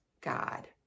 God